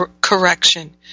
correction